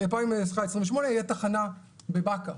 ב-2028 תהיה תחנה בבאקה.